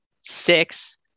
six